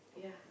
yeah